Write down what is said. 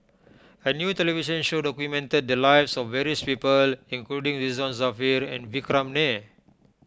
a new television show documented the lives of various people including Ridzwan Dzafir and Vikram Nair